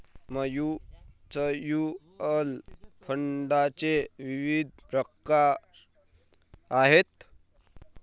mutual फंडाचे विविध प्रकार आहेत